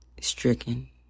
stricken